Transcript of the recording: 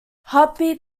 heartbeat